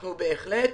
אנחנו בהחלט